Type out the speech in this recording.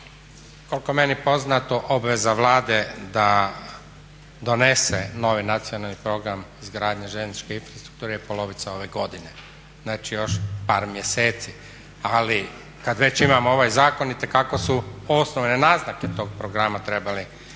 Koliko je meni poznato obveza Vlade da donese novi nacionalni program izgradnje željezničke infrastrukture je polovica ove godine, znači još par mjeseci. Ali kad već imamo ovaj zakon itekako su osnovne naznake tog programa trebale biti